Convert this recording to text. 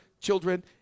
children